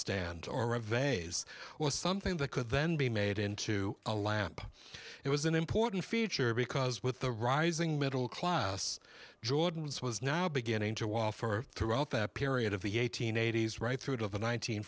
stand or a vase or something that could then be made into a lamp it was an important feature because with the rising middle class jordan's was now beginning to wall for throughout that period of the eighteen eighties right through to the